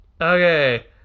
Okay